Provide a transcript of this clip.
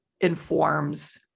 informs